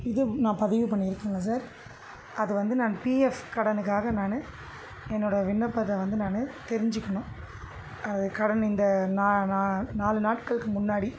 இது நான் பதிவு பண்ணி இருக்கேன்ல சார் அது வந்து நான் பிஎஃப் கடனுக்காக நான் என்னோடய விண்ணப்பத்தை வந்து நான் தெரிஞ்சிக்கணும் அதுக்காரன் இந்த நான் நான் நாலு நாட்களுக்கு முன்னாடி